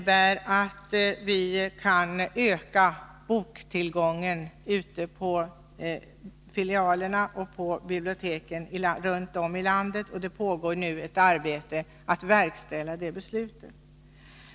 Boktillgången ute på filialerna och biblioteken runt om i landet kan nu ökas, och arbete pågår för att verkställa beslutet.